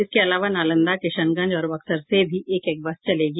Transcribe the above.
इसके अलावा नालंदा किशनगंज और बक्सर से भी एक एक बस चलेगी